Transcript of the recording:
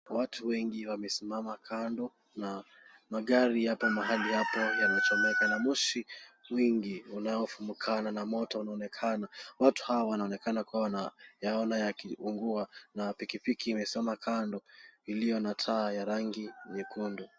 Watu wengi wamesimama kando na magari yapo mahali hapo yamechomeka na moshi mingi unaofumukana na moto unaonekana. Watu hawa wanaonekana kuwa yaona yakiiungua na pikipiki imesimama kando iliyo na taa ya rangi nyekundu.